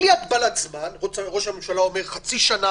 בלי הגבלת זמן ראש הממשלה אומר חצי שנה,